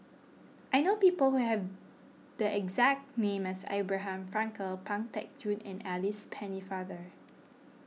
I know people who have the exact name as Abraham Frankel Pang Teck Joon and Alice Pennefather